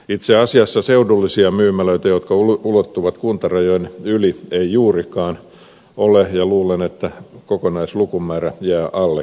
itse asiassa seudullisia myymälöitä jotka ulottuvat kuntarajojen yli ei juurikaan ole ja luulen että kokonaislukumäärä jää alle kymmeneen